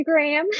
Instagram